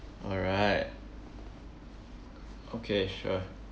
alright okay sure